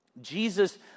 Jesus